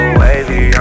wavy